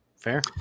Fair